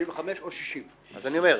65 או 60. אז אני אומר: